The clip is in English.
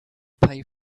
pay